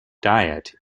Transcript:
diet